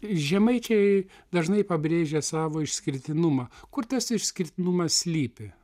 žemaičiai dažnai pabrėžia savo išskirtinumą kur tas išskirtinumas slypi